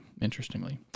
interestingly